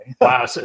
Wow